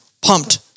Pumped